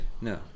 No